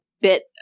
bit